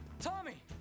Tommy